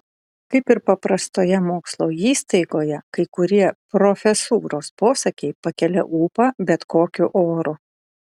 kaip ir paprastoje mokslo įstaigoje kai kurie profesūros posakiai pakelia ūpą bet kokiu oru